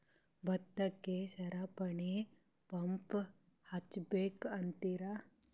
ಭತ್ತಕ್ಕ ಸರಪಣಿ ಪಂಪ್ ಹಚ್ಚಬೇಕ್ ಅಂತಿರಾ?